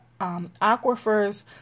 aquifers